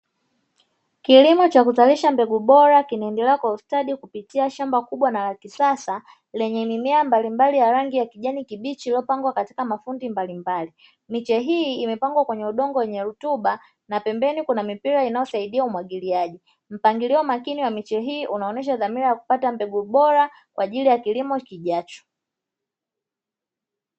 Kilimo cha kuzalisha mbegu bora kinaendelea kwa ustadi kupitia shamba kubwa na la kisasa, lenye mimea mbalimbali ya rangi ya kijani kibichi iliyopangwa katika makundi mbalimbali. Miche hii imepangwa kwenye udongo wenye rutuba na pembeni kuna mipira inayosaidia umwagiliaji. Mpangilio makini wa miche hii, unaonyesha dhamira ya kupata mbegu bora kwa ajili ya kilimo kijacho.